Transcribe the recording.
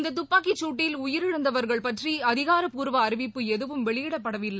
இந்ததுப்பாக்கிச் உயிரிழந்தவர்கள் பற்றிஅதிகாரப்பூர்வஅறிவிப்பும் எதுவும் வெளியிடப்படவில்லை